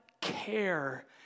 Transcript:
care